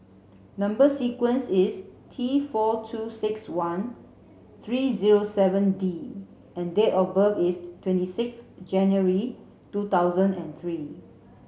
number sequence is T four two six one three zero seven D and date of birth is twenty six January two thousand and three